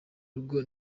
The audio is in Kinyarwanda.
rugo